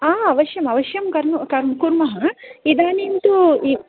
हा हा अवश्यम् अवश्यं कुर्मः इदानीन्तु